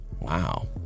Wow